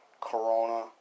Corona